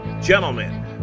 gentlemen